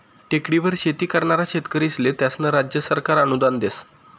टेकडीवर शेती करनारा शेतकरीस्ले त्यास्नं राज्य सरकार अनुदान देस